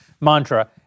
mantra